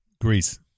Greece